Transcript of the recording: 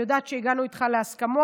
אני יודעת שהגענו איתך להסכמות,